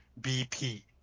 BP